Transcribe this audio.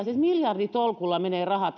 siis miljarditolkulla menee rahaa